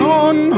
on